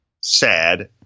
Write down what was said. sad